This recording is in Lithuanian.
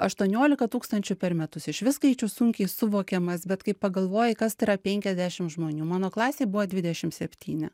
aštuoniolika tūkstančių per metus išvis skaičius sunkiai suvokiamas bet kai pagalvoji kas tai yra penkiasdešim žmonių mano klasėj buvo dvidešim septyni